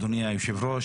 אדוני היושב-ראש,